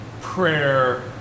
prayer